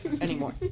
anymore